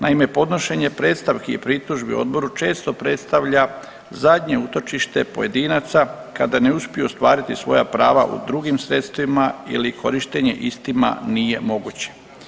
Naime, podnošenje predstavki i pritužbi odboru često predstavlja zadnje utočište pojedinaca kada ne uspiju ostvariti svoja prava u drugim sredstvima ili korištenje istima nije moguće.